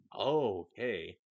Okay